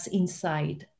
inside